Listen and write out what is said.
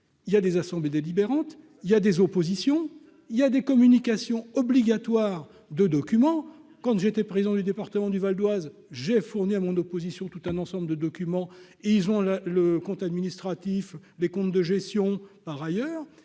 il y a des assemblées délibérantes il y a des oppositions, il y a des communications obligatoire de documents quand j'étais président du département du Val Oise j'ai fourni à mon opposition tout un ensemble de documents et ils ont le le compte administratif, les comptes de gestion par ailleurs